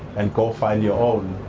and go find your own,